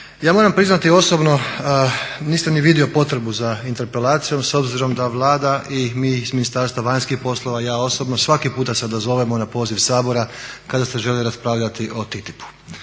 Ja moram priznati osobno nisam ni vidio potrebu za interpelacijom s obzirom da Vlada i mi iz Ministarstva vanjskih poslova i ja osobno svaki puta se odazovemo na poziv Sabora kada se želi raspravljati o TTIP-u.